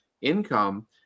income